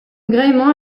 gréement